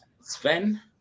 Sven